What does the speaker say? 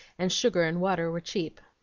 and sugar and water were cheap.